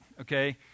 Okay